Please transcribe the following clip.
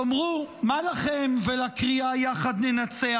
תאמרו, מה לכם ולקריאה "יחד ננצח"?